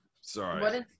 Sorry